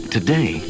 Today